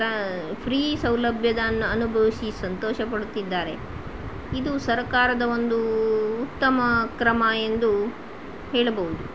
ತಾ ಫ್ರೀ ಸೌಲಭ್ಯದ ಅನ್ನು ಅನುಭವಿಸಿ ಸಂತೋಷ ಪಡುತ್ತಿದ್ದಾರೆ ಇದು ಸರಕಾರದ ಒಂದು ಉತ್ತಮ ಕ್ರಮ ಎಂದು ಹೇಳಬೌದು